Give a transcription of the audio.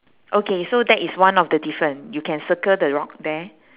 okay so that is one of the different you can circle the rock there